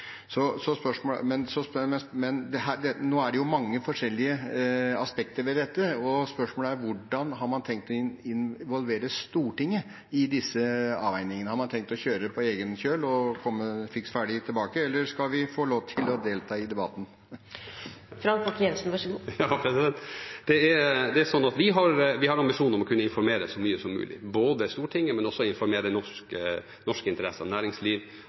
så det er også viktig at vi gir vår mening og vårt synspunkt på slike saker. Men nå er det jo mange forskjellige aspekter ved dette, og spørsmålet er: Hvordan har man tenkt å involvere Stortinget i disse avveiningene? Har man tenkt å kjøre på egen kjøl og komme fiks ferdig tilbake, eller skal vi få lov til å delta i debatten? Vi har ambisjoner om å kunne informere ikke bare Stortinget, men også norske interesser, næringsliv og andre som blir påvirket av disse hendelsene, så mye som mulig.